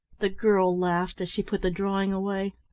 the girl laughed as she put the drawing away.